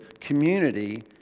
community